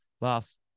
Last